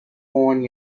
born